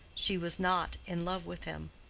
she was not in love with him